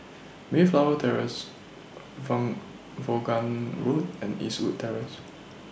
Mayflower Terrace Vaughan Road and Eastwood Terrace